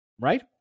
Right